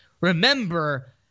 Remember